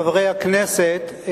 חברי הכנסת,